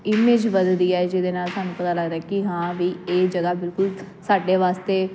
image ਵੱਧਦੀ ਹੈ ਜਿਹਦੇ ਨਾਲ ਸਾਨੂੰ ਪਤਾ ਲੱਗਦਾ ਕਿ ਹਾਂ ਵੀ ਇਹ ਜਗ੍ਹਾ ਬਿਲਕੁਲ ਸਾਡੇ ਵਾਸਤੇ